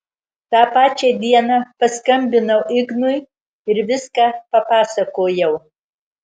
tą pačią dieną paskambinau ignui ir viską papasakojau